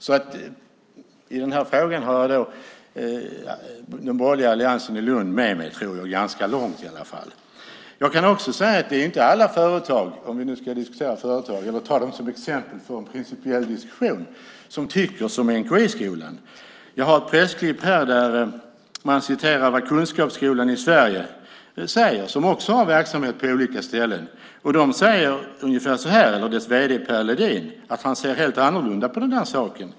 Jag tror att jag har den borgerliga alliansen i Lund med mig ganska långt i den här frågan. Det är inte alla företag - jag tar detta som exempel i en principiell diskussion - som tycker som NTI-skolan. Jag har ett pressklipp här där man citerar vad Kunskapsskolan i Sverige säger. De har också verksamhet på olika ställen. Dess vd Per Ledin säger att han ser helt annorlunda på den här saken.